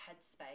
headspace